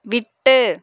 விட்டு